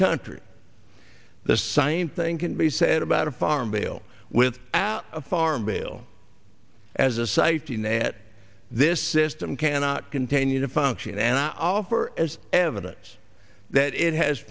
country the same thing can be said about a farm bill with a farm bill as a citing that this system cannot continue to function and i offer as evidence that it has